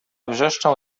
wrzeszczał